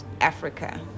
Africa